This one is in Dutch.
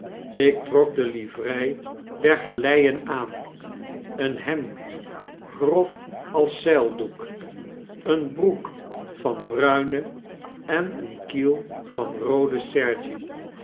ik trok de livrei der galeien aan een hemd grof als zeildoek eene broek van bruine en een kiel van roode sergie